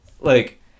like-